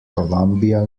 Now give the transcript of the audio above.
columbia